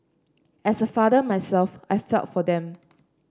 as a father myself I felt for them